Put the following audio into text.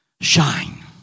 shine